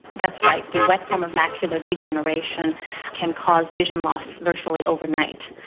that's right. the wet form of macular degeneration can cause vision loss virtually overnight,